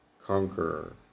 conqueror